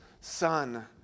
son